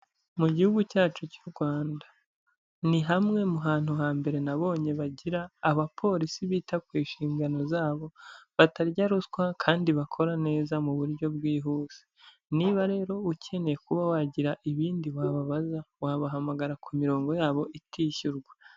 Mu gihugu cyacu cy'u Rwanda, ni hamwe mu hantu hambere nabonye bagira abapolisi bita ku nshingano zabo, batarya ruswa kandi bakora neza mu buryo bwihuse, niba rero ukeneye kuba wagira ibindi wababaza, wabahamagara ku mirongo yabo itishyurwa.